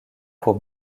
pour